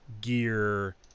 gear